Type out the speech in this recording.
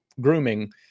grooming